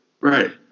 Right